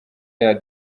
year